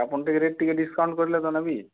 ଆପଣ ଟିକିଏ ରେଟ୍ ଟିକିଏ ଡିସକାଉଣ୍ଟ କରିଲେ ତ ନେବି